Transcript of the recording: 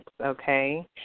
okay